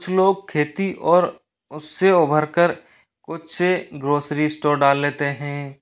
कुछ लोग खेती और उस से उभर कर खुद से ग्रॉसरी स्टोर डाल लेतें हैं